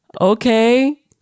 Okay